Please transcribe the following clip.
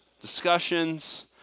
discussions